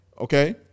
okay